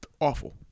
awful